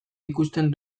ikusten